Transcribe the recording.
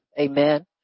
amen